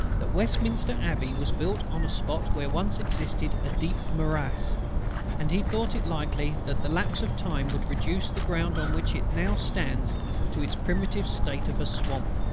that westminster abbey was built on a spot where once existed a deep morass and he thought it likely that the lapse of time would reduce the ground on which it now stands to its primitive state of a swamp,